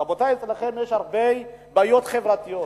רבותי, אצלכם יש הרבה בעיות חברתיות,